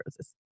roses